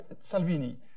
Salvini